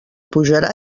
pujarà